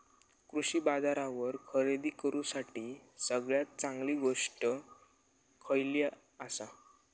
कृषी बाजारावर खरेदी करूसाठी सगळ्यात चांगली गोष्ट खैयली आसा?